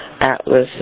atlas